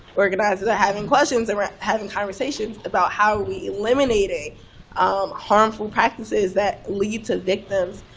organizers are having questions, and we're having conversations about how are we eliminating um harmful practices that lead to victims.